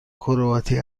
کرواتی